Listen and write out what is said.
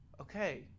Okay